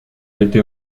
été